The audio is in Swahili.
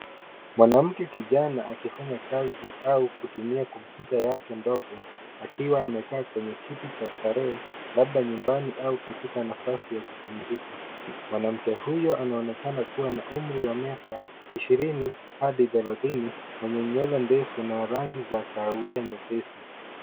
Mwanamke kijana akifanya kazi pale kutumia kompyuta yake ndogo akiwa amekaa kwenye kiti cha starehe labda nyumbani au katika nafasi ya kupumzika , mwanamke huyo anaonekana kuwa na umri wa miaka ishirini hadi thelathini mwenye nywele ndefu na rangi za kahawia nyepesi.